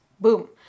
Boom